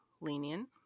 lenient